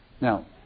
Now